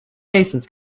nations